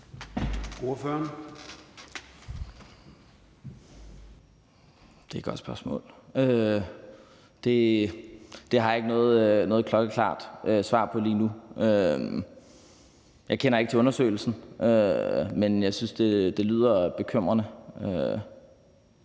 Det er et godt spørgsmål. Det har jeg ikke noget klokkeklart svar på lige nu. Jeg kender ikke til undersøgelsen, men jeg synes, at det lyder bekymrende.